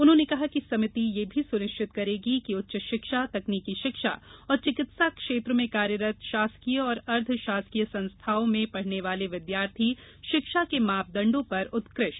उन्होंने कहा कि समिति यह भी सुनिश्चित करेगी की उच्च शिक्षा तकनीकी शिक्षा और चिकित्सा क्षेत्र में कार्यरत शासकीय और अर्धशासकीय संस्थाओं में पढ़ने वाले विद्यार्थी शिक्षा के मापदंडों पर उत्कृष्ट हो